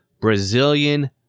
Brazilian